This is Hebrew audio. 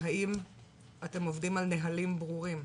האם אתם עובדים על נהלים ברורים?